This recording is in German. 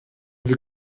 wir